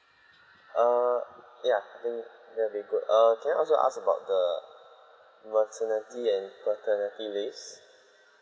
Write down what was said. err ya I think that will be good err can I also ask about the maternity and paternity leaves